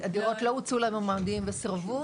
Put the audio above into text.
אבל הדירות לא הוצעו לנו מועדים וסירבו,